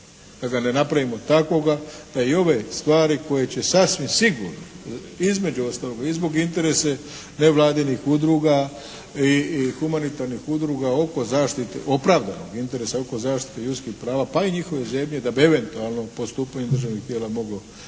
kad ga ne napravimo takvoga da i ove stvari koje će sasvim sigurno između ostaloga i zbog interesa nevladinih udruga i humanitarnih udruga oko zaštite, opravdanog interesa oko zaštite ljudskih prava pa i njihove zemlje da bi eventualno postupanjem državnih tijela moglo